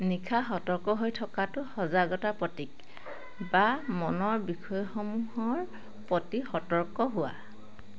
নিশা সতৰ্ক হৈ থকাটো সজাগতাৰ প্ৰতীক বা মনৰ বিষয়সমূহৰ প্ৰতি সতৰ্ক হোৱা